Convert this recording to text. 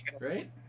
right